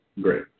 great